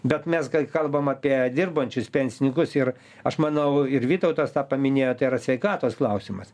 bet mes kalbam apie dirbančius pensininkus ir aš manau ir vytautas tą paminėjo tai yra sveikatos klausimas